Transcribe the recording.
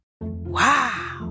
Wow